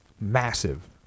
massive